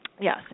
Yes